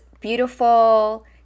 beautiful